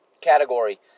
category